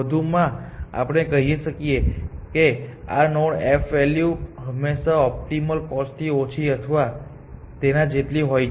વધુમાં આપણે કહી શકીએ કે આ નોડ ની f વેલ્યૂ હંમેશાં ઓપ્ટિમલ કોસ્ટ થી ઓછી અથવા તેના જેટલી હોય છે